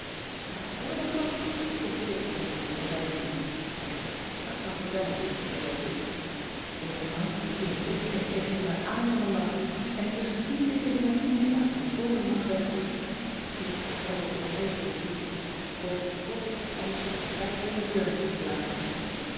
maar waarvoor dan toch vroeg kit aan mij in t voorbijgaan ik zal t je straks wel vertellen beloofde ik in de gang vielen pop en ik tegen elkaar aan van den lach en ik moest tien keer tegen mijn knie slaan voor mijn lach weg was toen traden we op het heiligdom toe pop klopte alsof ze een spijker in de deur moest slaan